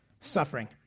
suffering